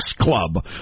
Club